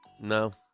No